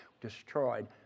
destroyed